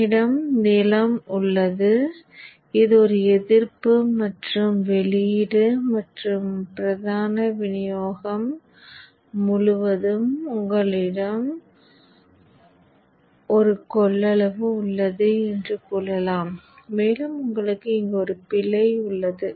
என்னிடம் நிலம் உள்ளது இது ஒரு எதிர்ப்பு மற்றும் வெளியீடு மற்றும் பிரதான விநியோகம் முழுவதும் உங்களிடம் ஒரு கொள்ளளவு உள்ளது என்று கூறலாம் மேலும் உங்களுக்கு இங்கு பிழை உள்ளது